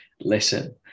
listen